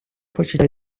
почуття